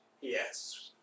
Yes